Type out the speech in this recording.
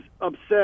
upset